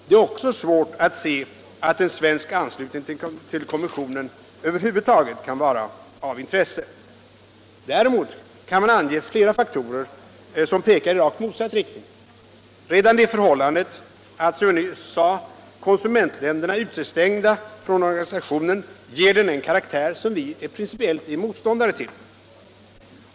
Det är också svårt att se att en svensk anslutning till konventionen över huvud taget kan vara av intresse. = Däremot kan flera faktorer anges som pekar i rakt motsatt riktning. Det förhållandet att, som jag nyss sade, konsumentländerna är utestängda från organisationen ger den en karaktär som vi principiellt är motståndare till.